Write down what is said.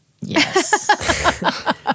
yes